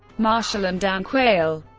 marshall, and dan quayle.